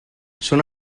son